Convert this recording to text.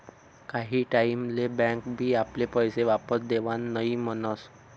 काही टाईम ले बँक बी आपले पैशे वापस देवान नई म्हनस